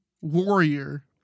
warrior